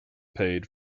paid